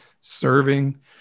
serving